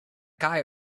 guy